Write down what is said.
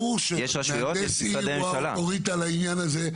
ברור שמהנדס עיר הוא אוטוריטה בעניין הזה,